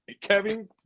Kevin